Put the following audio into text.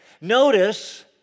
Notice